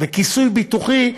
וזה כיסוי ביטוחי,